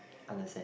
understand